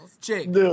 Jake